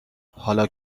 حالا